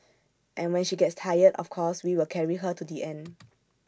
and when she gets tired of course we will carry her to the end